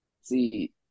see